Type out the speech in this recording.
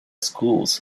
schools